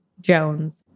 Jones